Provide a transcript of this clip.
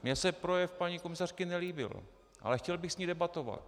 Mně se projev paní komisařky nelíbil, ale chtěl bych s ní debatovat.